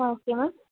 ah okay ma'am